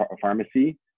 pharmacy